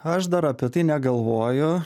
aš dar apie tai negalvoju